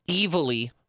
evilly